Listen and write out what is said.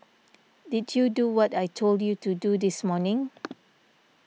did you do what I told you to do this morning